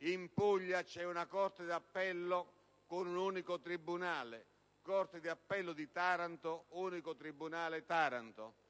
In Puglia c'è una corte d'appello con un unico tribunale, la corte d'appello di Taranto (unico tribunale, Taranto);